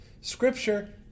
scripture